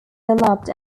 developed